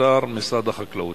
באתר משרד החקלאות.